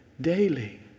daily